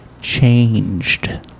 changed